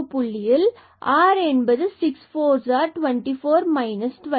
இந்தப் புள்ளியில்40 r 64 24 12